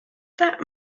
that